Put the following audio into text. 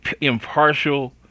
impartial